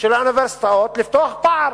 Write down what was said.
של האוניברסיטאות לפתוח פער: